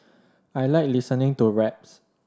I like listening to raps